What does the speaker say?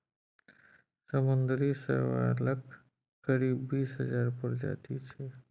समुद्री शैवालक करीब बीस हजार प्रजाति छै